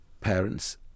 parents